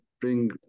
bring